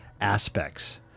aspects